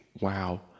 Wow